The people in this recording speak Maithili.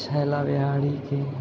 छैला बिहारीके